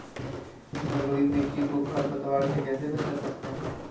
बलुई मिट्टी को खर पतवार से कैसे बच्चा सकते हैँ?